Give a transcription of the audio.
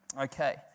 Okay